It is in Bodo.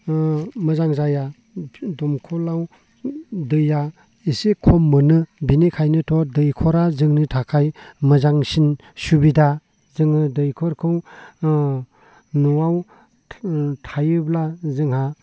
मोजां जाया दंखलाव दैया एसे खम मोनो बेनिखायनोथ' दैखरा जोंनि थाखाय मोजांसिन सुबिदा जोङो दैखरखौ न'आव थायोब्ला जोंहा